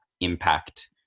impact